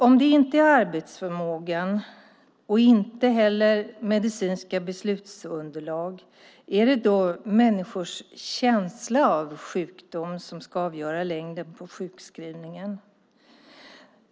Om det inte är arbetsförmågan och inte heller medicinska beslutsunderlag, är det då människors känsla av sjukdom som ska avgöra längden på sjukskrivningen?